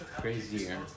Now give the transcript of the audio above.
crazier